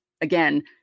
Again